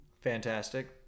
fantastic